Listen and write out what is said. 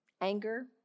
Anger